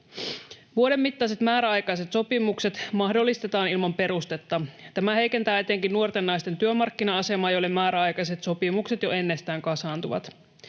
Vuoden mittaiset määräaikaiset sopimukset mahdollistetaan ilman perustetta. Tämä heikentää etenkin nuorten naisten työmarkkina-asemaa, joille määräaikaiset sopimukset jo ennestään kasaantuvat.